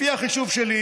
לפי החישוב שלי